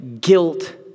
Guilt